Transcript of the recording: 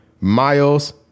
Miles